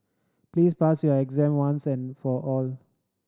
please pass your exam once and for all